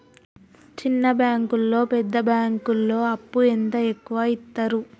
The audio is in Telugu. చిన్న బ్యాంకులలో పెద్ద బ్యాంకులో అప్పు ఎంత ఎక్కువ యిత్తరు?